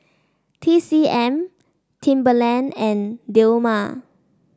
T C M Timberland and Dilmah